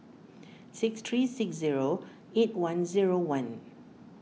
six three six zero eight one zero one